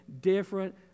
different